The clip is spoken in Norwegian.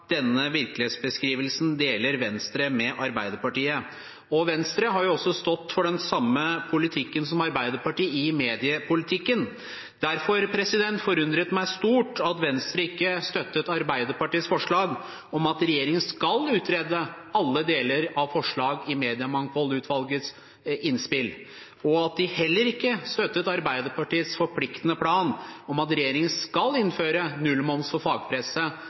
Denne virkelighetsbeskrivelsen deler Venstre med Arbeiderpartiet. Venstre har jo også stått for den samme politikken som Arbeiderpartiet i mediepolitikken. Derfor forundrer det meg stort at Venstre ikke støtter Arbeiderpartiets forslag om at regjeringen skal utrede alle sider av Mediemangfoldsutvalgets forslag, og at de heller ikke støtter Arbeiderpartiets forpliktende plan om at regjeringen skal innføre nullmoms for fagpresse